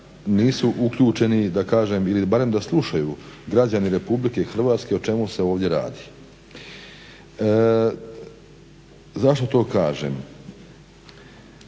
nisu uključeni ili barem da slušaju građani Republike Hrvatske o čemu se ovdje radi. Zašto to kažem?